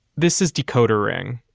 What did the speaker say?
this is decoder ring.